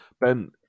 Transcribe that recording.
Ben